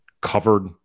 covered